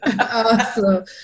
Awesome